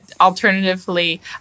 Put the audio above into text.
alternatively